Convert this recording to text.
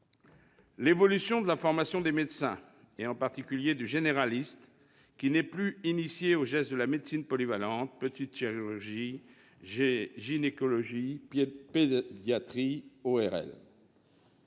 Ensuite, la formation des médecins a évolué, en particulier celle du généraliste, qui n'est plus initié aux gestes de la médecine polyvalente : petite chirurgie, gynécologie, pédiatrie, ORL,